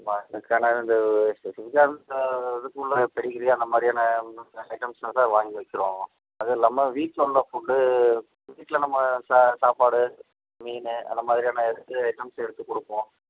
இப்போ அதுக்கெல்லாம் வந்து அதுக்குள்ளே பெடிகிரி அந்த மாதிரியான ஐட்டம்ஸை தான் வாங்கி வைக்கிறோம் அதில்லாமல் வீட்டில் உள்ள ஃபுட்டு வீட்டில் நம்ம சா சாப்பாடு மீன் அந்த மாதிரியான இது ஐட்டம்ஸு எடுத்துக் கொடுப்போம்